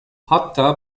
hatta